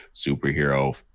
superhero